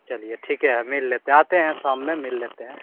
चलिए ठीके है मिल लेते हैं आते हैं शाम में मिल लेते हैं